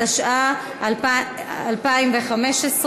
התשע"ה 2015,